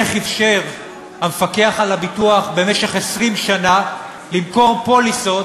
איך אִפשר המפקח על הביטוח במשך 20 שנה למכור פוליסות